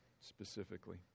specifically